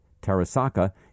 Tarasaka